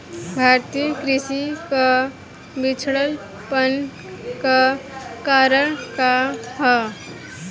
भारतीय कृषि क पिछड़ापन क कारण का ह?